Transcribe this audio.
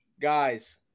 guys